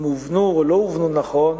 אם הובנו או לא הובנו נכון,